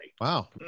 Wow